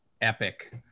epic